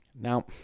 Now